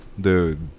dude